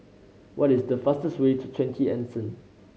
what is the fastest way to Twenty Anson